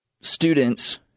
students